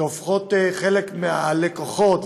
שהופכות חלק מהלקוחות,